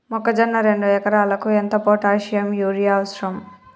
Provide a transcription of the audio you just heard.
మొక్కజొన్న రెండు ఎకరాలకు ఎంత పొటాషియం యూరియా అవసరం?